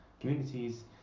communities